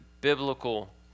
biblical